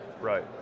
Right